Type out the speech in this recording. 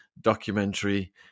documentary